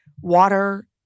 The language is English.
Water